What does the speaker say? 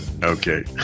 Okay